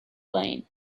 lane